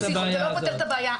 זה לא פותר את הבעיה.